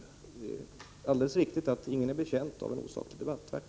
Det är alldeles riktigt att ingen är betjänt av en osaklig debatt.